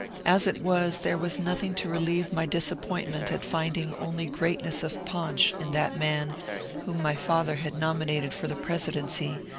as it was, there was nothing to relieve my disappointment at finding only greatness of paunch in that man whom my father had nominated for the presidency,